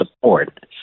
support